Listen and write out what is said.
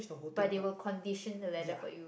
but they will condition the leather for you